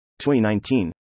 2019